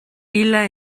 illa